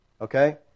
Okay